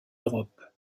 europe